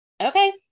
Okay